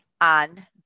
on